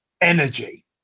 energy